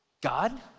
God